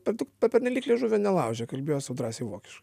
per daug pernelyg liežuvio nelaužė kalbėjo su drąsiai vokiškai